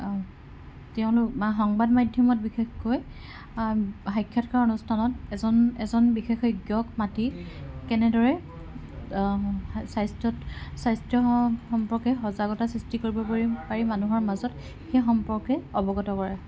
তেওঁলোক বা সংবাদ মাধ্যমত বিশেষকৈ সাক্ষাৎকাৰ অনুষ্ঠানত এজন এজন বিশেষজ্ঞক মাতি কেনেদৰে স্বাস্থ্যত স্বাস্থ্য সম্পৰ্কে সজাগতা সৃষ্টি কৰিব পাৰি পাৰি মানুহৰ মাজত সেই সম্পৰ্কে অৱগত কৰায়